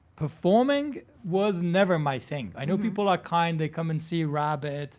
performing was never my thing. i know people are kind, they come and see rabbit